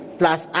plus